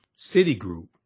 Citigroup